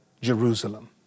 Jerusalem